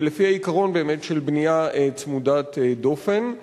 ולפי העיקרון, באמת, של בנייה צמודת דופן.